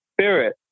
spirit